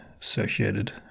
associated